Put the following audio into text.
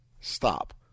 stop